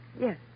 Yes